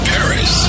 Paris